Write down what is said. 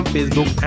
Facebook